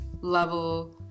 level